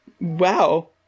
wow